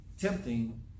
tempting